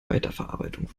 weiterverarbeitung